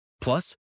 Plus